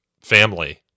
family